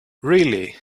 really